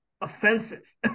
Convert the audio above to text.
offensive